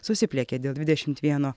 susipliekė dėl dvidešimt vieno